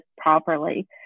properly